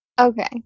Okay